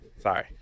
Sorry